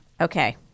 Okay